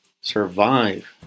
survive